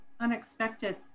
unexpected